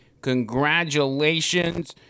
congratulations